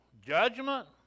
judgment